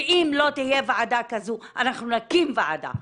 ואם לא תהיה ועדה כזו אנחנו נקים ועדה.